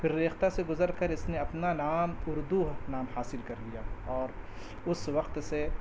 پھر ریختہ سے گزر کر اس نے اپنا نام اردو نام حاصل کر لیا اور اس وقت سے